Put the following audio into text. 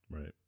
right